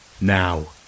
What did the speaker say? Now